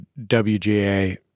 WGA